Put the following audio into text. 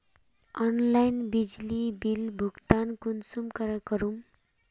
Online बिजली bill भुगतान कुंसम करे करूम?